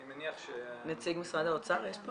אני מניח ש- -- נציג משרד האוצר יש פה?